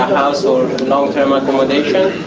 house or long-term accommodation?